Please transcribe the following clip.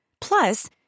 Plus